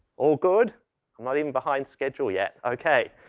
all good, and not even behind schedule yet. okay.